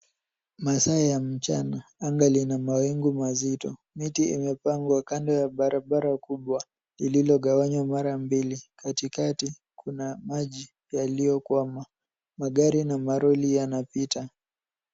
Masaa ya mchana, anga lina mawingu mazito, miti imepangwa kando ya barabara kubwa lilogawanywa mara mbili. Katikati kuna maji yaliyokwama. Magari na malori yanapita.